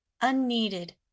unneeded